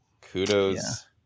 Kudos